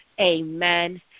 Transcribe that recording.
Amen